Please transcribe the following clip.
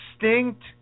distinct